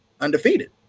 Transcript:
undefeated